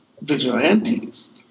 vigilantes